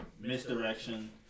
misdirection